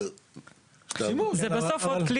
בסוף זה עוד כלי.